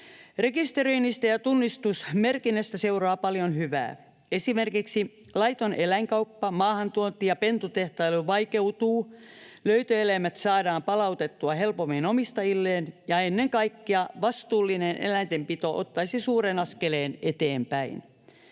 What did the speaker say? Rekisteröinnistä ja tunnistusmerkinnästä seuraa paljon hyvää. Esimerkiksi laiton eläinkauppa, maahantuonti ja pentutehtailu vaikeutuvat, löytöeläimet saadaan palautettua helpommin omistajilleen ja ennen kaikkea vastuullinen eläintenpito ottaisi suuren askeleen eteenpäin.